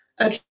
Okay